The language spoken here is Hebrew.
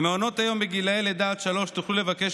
במעונות היום בגילי לידה עד שלוש תוכלו לבקש